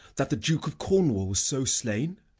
that the duke of cornwall was so slain?